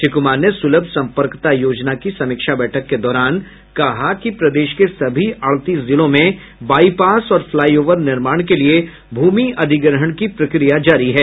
श्री कुमार ने सुलभ संपर्कता योजना की समीक्षा बैठक के दौरान कहा कि प्रदेश के सभी अड़तीस जिलों में बाईपास और फ्लाईओवर निर्माण के लिए भूमि अधिग्रहण की प्रक्रिया जारी है